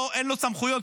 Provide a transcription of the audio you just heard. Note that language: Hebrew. אין לו סמכויות,